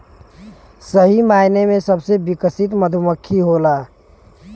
सही मायने में सबसे विकसित मधुमक्खी होला